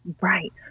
Right